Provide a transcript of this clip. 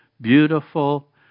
beautiful